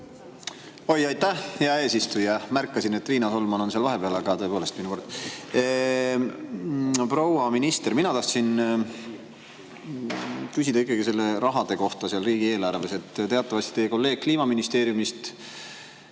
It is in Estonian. Oi, aitäh, hea eesistuja! Ma märkasin, et Riina Solman on seal vahepeal, aga tõepoolest, minu kord. Proua minister, mina tahtsin küsida ikkagi raha kohta seal riigieelarves. Teatavasti teie kolleeg Kliimaministeeriumist